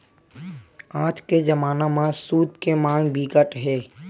आज के जमाना म सूत के मांग बिकट हे